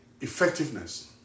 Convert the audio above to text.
effectiveness